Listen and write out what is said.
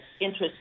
interest